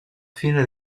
fine